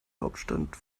hauptstadt